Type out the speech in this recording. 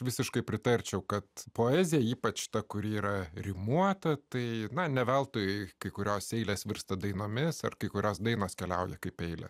visiškai pritarčiau kad poezija ypač ta kuri yra rimuota tai na ne veltui kai kurios eilės virsta dainomis ar kai kurios dainos keliauja kaip eilę